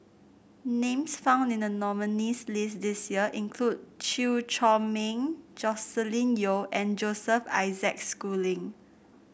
names found in the nominees' list this year include Chew Chor Meng Joscelin Yeo and Joseph Isaac Schooling